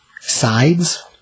sides